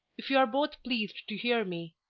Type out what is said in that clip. if you are both pleased to hear me,